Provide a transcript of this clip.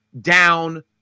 down